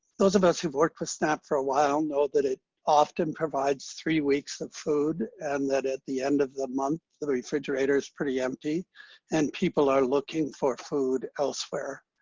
those of us who've worked for snap for a while know that it often provides three weeks of food, and that at the end of the month, the the refrigerator is pretty empty and people are looking for food elsewhere.